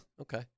Okay